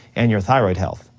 and your thyroid health.